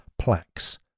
plaques